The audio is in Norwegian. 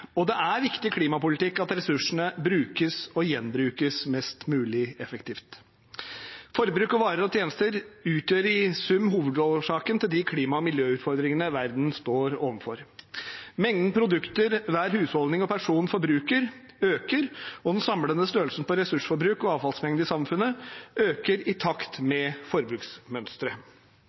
Det er viktig klimapolitikk at ressursene brukes og gjenbrukes mest mulig effektivt. Forbruk og varer og tjenester utgjør i sum hovedårsaken til de klima- og miljøutfordringene verden står overfor. Mengden produkter hver husholdning og person forbruker, øker, og den samlede størrelsen på ressursforbruk og avfallsmengde i samfunnet øker i takt med forbruksmønsteret.